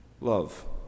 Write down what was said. love